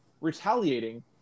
retaliating